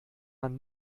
man